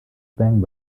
bang